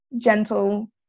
gentle